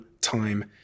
time